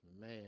man